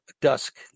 dusk